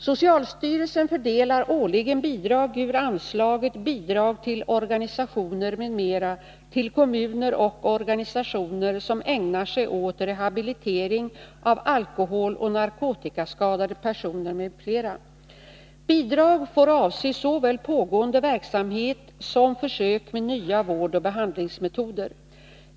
Socialstyrelsen fördelar årligen bidrag ur anslaget Bidrag till organisationer m.m. till kommuner och organisationer som ägnar sig åt rehabilitering av alkoholeller narkotikaskadade personer m.fl. Bidrag får avse såväl pågående verksamhet som försök med nya vårdoch behandlingsmetoder.